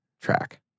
track